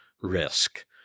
risk